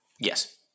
Yes